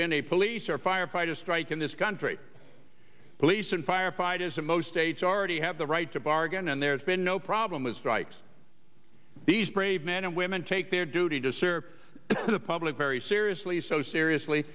been a police or firefighter strike in this country police and firefighters in most states already have the right to bargain and there's been no problem with strike these brave men and women take their duty to serve the public very seriously so seriously